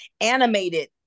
animated